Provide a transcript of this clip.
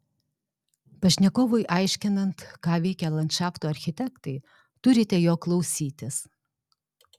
pašnekovui aiškinant ką veikia landšafto architektai turite jo klausytis